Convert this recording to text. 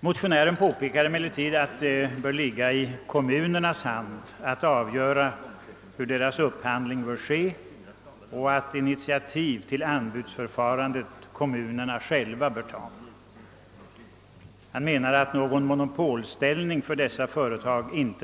Motionären påpekar emellertid att det bör ankomma på kommunerna att av göra, hur deras upphandling bör ske, och att kommunerna själva bör ta initiativ till anbudsförfarandet. Han menar att det inte bör tillåtas något monopol för dessa företag,